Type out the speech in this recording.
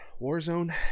Warzone